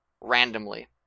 randomly